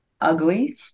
ugly